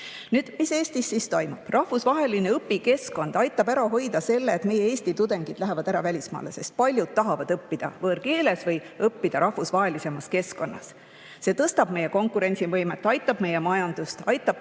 mis Eestis toimub? Rahvusvaheline õpikeskkond aitab ära hoida selle, et meie Eesti tudengid lähevad ära välismaale, sest paljud tahavad õppida võõrkeeles või õppida rahvusvahelisemas keskkonnas. See tõstab meie konkurentsivõimet, aitab meie majandust, aitab